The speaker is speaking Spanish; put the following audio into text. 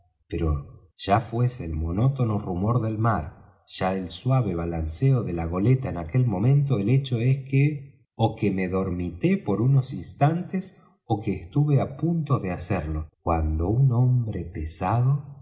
pero ya fuese el monótono rumor del mar ya el suave balanceo de la goleta en aquel momento el hecho es ó que dormité por unos instantes ó que estuve á punto de hacerlo cuando un hombre pesado